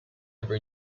ever